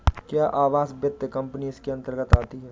क्या आवास वित्त कंपनी इसके अन्तर्गत आती है?